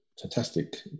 fantastic